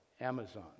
Amazon